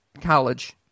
college